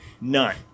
none